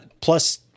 Plus